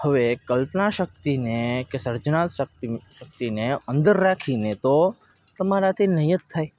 હવે કલ્પના શક્તિને કે સર્જનાત્મક શક્તિને અંદર રાખીને તો તમારાથી નહીં જ થાય